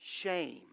shame